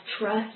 trust